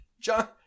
John